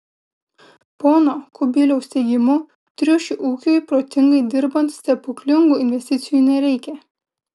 pono kubiliaus teigimu triušių ūkiui protingai dirbant stebuklingų investicijų nereikia